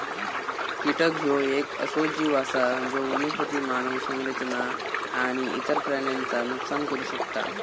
कीटक ह्यो येक असो जीव आसा जो वनस्पती, मानव संरचना आणि इतर प्राण्यांचा नुकसान करू शकता